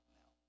now